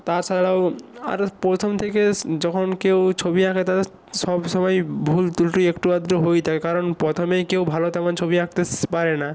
তাছাড়াও আরো প্রথম থেকে যখন কেউ ছবি আঁকে তাদের সব সময়ই ভুল ত্রুটি একটু আধটু হয়েই থাকে কারণ প্রথমেই কেউ ভালো তেমন ছবি আঁকতে পারে না